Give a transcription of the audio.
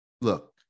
Look